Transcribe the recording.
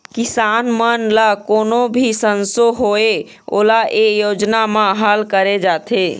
किसान मन ल कोनो भी संसो होए ओला ए योजना म हल करे जाथे